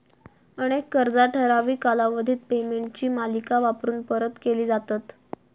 अनेक कर्जा ठराविक कालावधीत पेमेंटची मालिका वापरून परत केली जातत